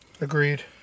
agreed